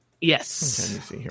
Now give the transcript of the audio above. yes